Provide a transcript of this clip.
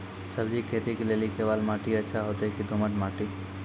सब्जी खेती के लेली केवाल माटी अच्छा होते की दोमट माटी?